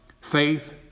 faith